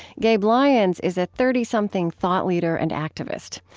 gabe lyons is a thirty something thought leader and activist.